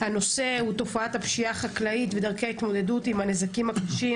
הנושא הוא תופעת הפשיעה החקלאית ודרכי ההתמודדות עם הנזקים הקשים